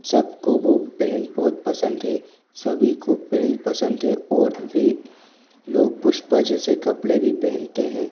सबको वह पहनना बहुत पसंद है सभी को पेंट पसंद है और वे लोग पुष्पा जैसे कपड़े भी पहनते हैं